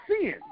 sin